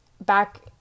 back